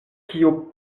kiu